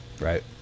right